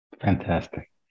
Fantastic